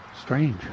Strange